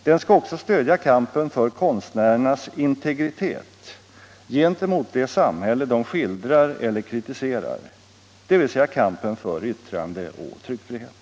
Den skall också stödja kampen för konstnärernas integritet gentemot det samhälle de skildrar eller kritiserar, dvs. kampen för yttrande och tryckfrihet.